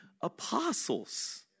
apostles